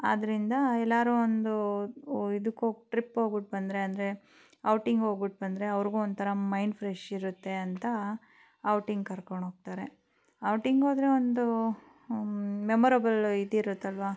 ಆದ್ದರಿಂದ ಎಲ್ಲರು ಒಂದು ಇದುಕ್ಕೆ ಹೋಗ್ ಟ್ರಿಪ್ಗೆ ಹೋಗ್ಬಟ್ಬಂದ್ರೆ ಅಂದರೆ ಔಟಿಂಗ್ ಹೋಗ್ಬಿಟ್ಬಂದ್ರೆ ಅವ್ರಿಗೂ ಒಂಥರ ಮೈಂಡ್ ಫ್ರೆಶ್ ಇರುತ್ತೆ ಅಂತ ಔಟಿಂಗ್ ಕರ್ಕೊಂಡು ಹೋಗ್ತಾರೆ ಔಟಿಂಗೋದರೆ ಒಂದು ಮೆಮೊರೆಬಲ್ ಇದು ಇರುತ್ತಲ್ಲವಾ